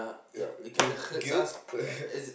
ya guilt guilt